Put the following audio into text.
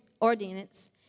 ordinance